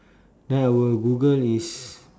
then I will google is